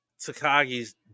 Takagi's